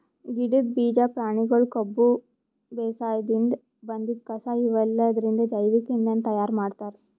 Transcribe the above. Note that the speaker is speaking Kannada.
ಗಿಡದ್ ಬೀಜಾ ಪ್ರಾಣಿಗೊಳ್ ಕೊಬ್ಬ ಬೇಸಾಯದಿನ್ದ್ ಬಂದಿದ್ ಕಸಾ ಇವೆಲ್ಲದ್ರಿಂದ್ ಜೈವಿಕ್ ಇಂಧನ್ ತಯಾರ್ ಮಾಡ್ತಾರ್